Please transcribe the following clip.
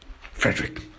Frederick